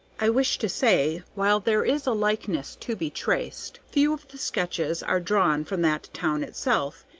i wish to say, while there is a likeness to be traced, few of the sketches are drawn from that town itself,